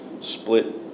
split